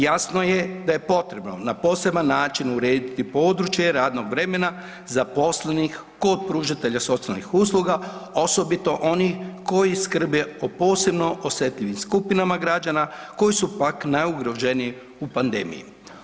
Jasno je da je potrebno na poseban način urediti područje radnog vremena zaposlenih kod pružatelja socijalnih usluga, a osobito onih koji skrbe o posebno osjetljivim skupinama građana koji su pak najugroženiji u pandemiji.